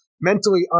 mentally